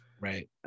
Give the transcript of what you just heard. Right